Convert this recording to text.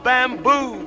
Bamboo